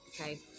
Okay